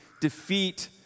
defeat